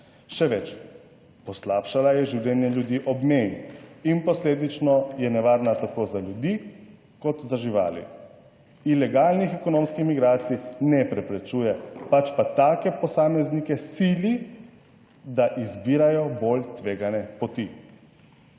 Še več, poslabšala je življenje ljudi ob meji in posledično je nevarna tako za ljudi kot za živali. Ilegalnih ekonomskih migracij ne preprečuje, pač pa take posameznike sili, da izbirajo bolj tvegane poti,